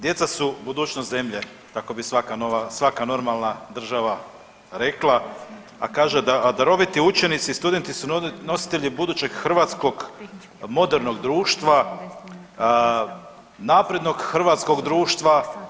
Djeca su budućnost zemlje, tako bi svaka nova, svaka normalna država rekla, a kaže da daroviti učenici i studenti su nositelji budućeg hrvatskog modernog društva, naprednog hrvatskog društva.